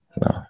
no